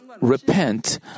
repent